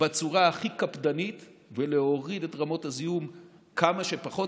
בצורה הכי קפדנית ולהוריד את רמות הזיהום לכמה שפחות,